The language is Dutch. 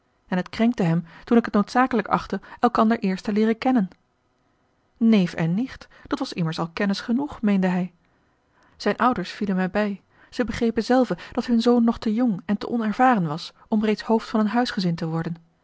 en het krenkte hem toen ik het noodzakelijk achtte elkander eerst te leeren kennen neef en nicht dat was immers al kennis genoeg meende hij zijne ouders vielen mij bij zij begrepen zelven dat hun zoon nog te jong en te onervaren was om reeds hoofd van een huisgezin te worden